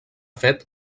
fet